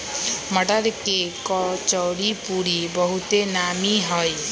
मट्टर के कचौरीपूरी बहुते नामि हइ